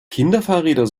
kinderfahrräder